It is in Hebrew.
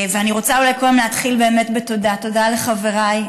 ואני רוצה אולי קודם להתחיל בתודה: תודה לחבריי,